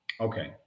Okay